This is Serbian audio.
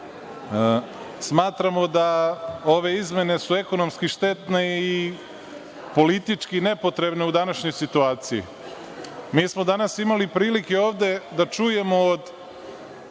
Smatramo da su ove izmene ekonomski štetne i politički nepotrebne u današnjoj situaciji. Mi smo danas imali prilike ovde da čujemo od